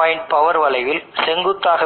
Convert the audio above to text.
Isc ஜோடியால் வகுப்பதற்கு சமமாகும்